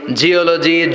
geology